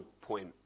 point